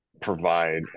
provide